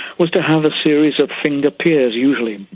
was to have a series of finger piers usually,